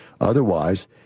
Otherwise